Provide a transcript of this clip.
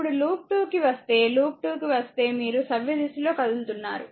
ఇప్పుడు లూప్ 2 కి వస్తే లూప్ 2 కి వస్తే మీరు సవ్యదిశలో కదులుతున్నారు